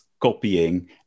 copying